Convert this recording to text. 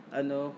ano